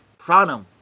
Pranam